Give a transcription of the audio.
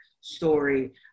story